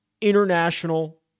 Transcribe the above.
international